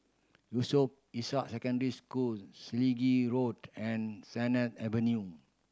Yusof Ishak Secondary School Selegie Road and Sennett Avenue